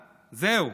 זהו,